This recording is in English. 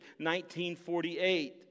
1948